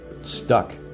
stuck